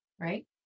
right